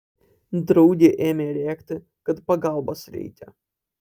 draugė ėmė rėkti kad pagalbos reikia